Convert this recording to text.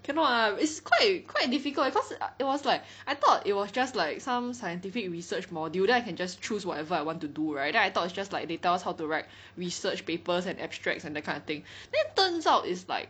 cannot lah it's quite quite difficult cause it was like I thought it was just like some scientific research module then I can just choose whatever I want to do right then I thought is just like they tell us how to write research papers and abstracts and that kind of thing then turns out it's like